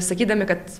sakydami kad